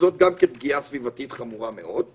שזאת גם כן פגיעה סביבתית חמורה מאוד.